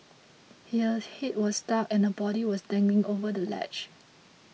her a head was stuck and her body was dangling over the ledge